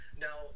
Now